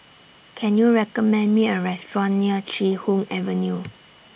Can YOU recommend Me A Restaurant near Chee Hoon Avenue